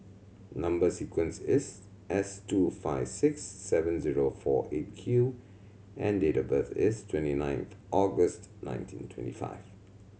number sequence is S two five six seven zero four Eight Q and date of birth is twenty ninth August nineteen twenty five